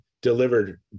delivered